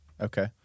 okay